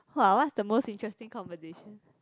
!wah! what's the most interesting conversation